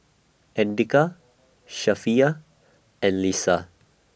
Andika Safiya and Lisa